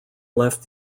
left